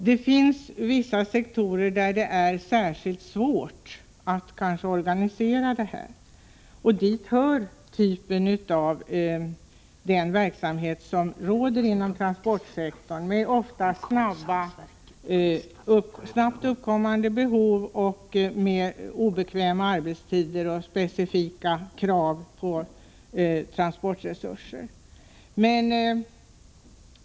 Det finns vissa sektorer där det kanske är särskilt svårt att organisera sådant, och dit hör den typ av verksamhet som råder inom transportsektorn, med ofta snabbt uppkommande behov, obekväma arbetstider och specifika krav på transportresurser.